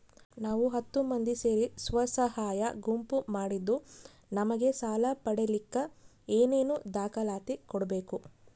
ನಾವು ಹತ್ತು ಮಂದಿ ಸೇರಿ ಸ್ವಸಹಾಯ ಗುಂಪು ಮಾಡಿದ್ದೂ ನಮಗೆ ಸಾಲ ಪಡೇಲಿಕ್ಕ ಏನೇನು ದಾಖಲಾತಿ ಕೊಡ್ಬೇಕು?